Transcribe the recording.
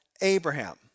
Abraham